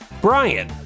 Brian